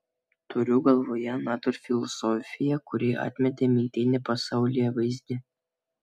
turiu galvoje natūrfilosofiją kuri atmetė mitinį pasaulėvaizdį